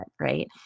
right